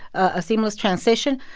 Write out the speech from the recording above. a seamless transition.